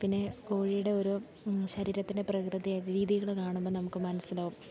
പിന്നെ കോഴിയുടെ ഓരോ ശരീരത്തിൻ്റെ പ്രകൃതീയ രീതികൾ കാണുമ്പം നമുക്കു മനസ്സിലാകും